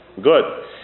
Good